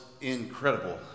incredible